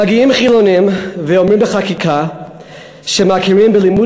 מגיעים חילונים ואומרים בחקיקה שהם מכירים בלימוד